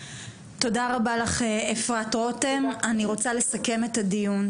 תודה רבה לך, אפרת רותם, אני רוצה לסכם את הדיון.